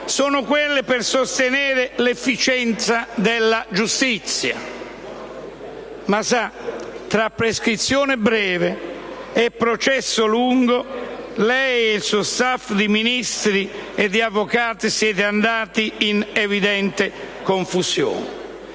sono quelle per sostenere l'efficienza della giustizia. Ma sa, tra prescrizione breve e processo lungo, lei e il suo *staff* di Ministri e avvocati siete andati in evidente confusione.